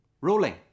Rolling